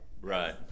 Right